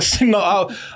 No